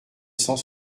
cent